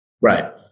Right